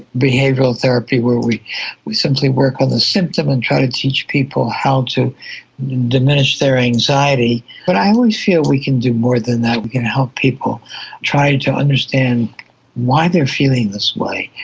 behavioural therapy where we we simply work on the symptom and try to teach people how to diminish their anxiety. but i always feel we can do more than that, we can help people try and to understand why they are feeling this way,